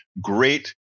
Great